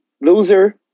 Loser